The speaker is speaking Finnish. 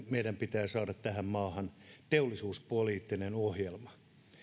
meidän pitää saada tähän maahan teollisuuspoliittinen ohjelma